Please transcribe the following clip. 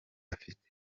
afite